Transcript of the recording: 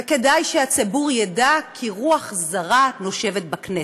וכדאי שהציבור ידע כי רוח זרה נושבת בכנסת,